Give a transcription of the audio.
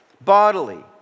bodily